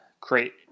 create